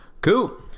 Cool